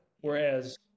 Whereas